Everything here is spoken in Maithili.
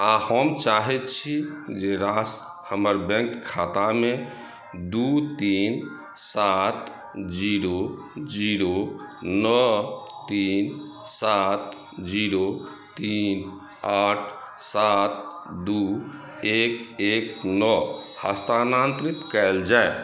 आ हम चाहैत छी जे राशि हमर बैंक खातामे दू तीन सात जीरो जीरो नओ तीन सात जीरो तीन आठ सात दू एक एक नओ हस्तानांतरित कएल जाए